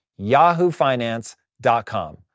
yahoofinance.com